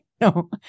No